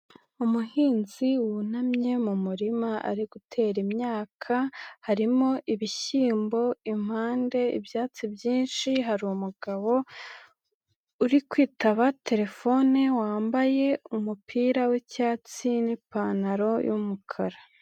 Umuhinzi wunamye mu murima ari gutera imyaka, harimo ibishyimbo, impande ibyatsi byinshi, hari umugabo uri kwitaba telefone, wambaye umupira w'icyatsi n'ipantaro y'umukara.